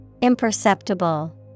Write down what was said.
Imperceptible